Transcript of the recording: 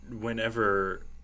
whenever